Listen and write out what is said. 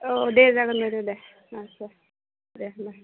औ दे जागोन दे बायद' दे आस्सा दे होमब्ला